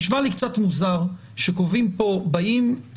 נשמע לי קצת מוזר שקובעים פה תראו,